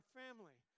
family